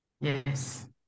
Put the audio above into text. Yes